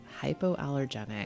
hypoallergenic